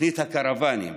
תוכנית הקרוונים.